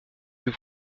plus